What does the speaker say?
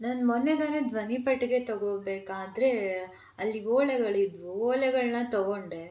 ನಾನು ಮೊನ್ನೆ ತಾನೇ ಧ್ವನಿ ಪೆಟ್ಟಿಗೆ ತೊಗೋಬೇಕಾದರೆ ಅಲ್ಲಿ ಓಲೆಗಳಿದ್ವು ಓಲೆಗಳನ್ನು ತೊಗೊಂಡೆ